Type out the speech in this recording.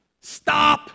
Stop